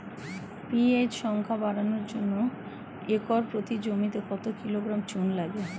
PH সংখ্যা বাড়ানোর জন্য একর প্রতি জমিতে কত কিলোগ্রাম চুন লাগে?